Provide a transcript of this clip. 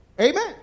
amen